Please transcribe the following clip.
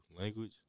language